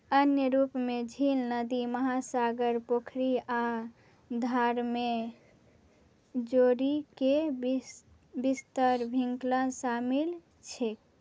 अन्य रूपमे झील नदी महासागर पोखरि आओर धारमे जोड़ीके विस विस्तर भिनकल शामिल छै